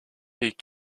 est